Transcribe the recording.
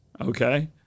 okay